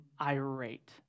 irate